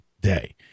day